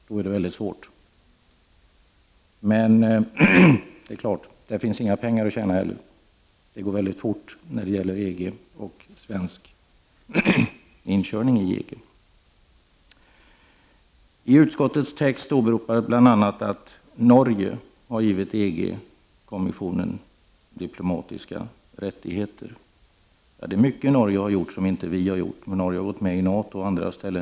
Då är det väldigt svårt, men det är klart att det då inte heller finns några pengar att tjäna. Det går väldigt fort när det gäller EG och svensk ”inkörning” i EG. I utskottets text åberopas bl.a. att Norge har givit EG-kommissionen diplomatiska rättigheter. Ja, det är mycket som Norge har gjort och som vi inte har gjort. Norge har gått med i bl.a. NATO.